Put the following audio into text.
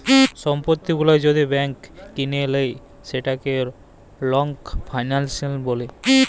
সম্পত্তি গুলা যদি ব্যাংক কিলে লেই সেটকে লং ফাইলাল্স ব্যলে